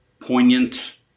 poignant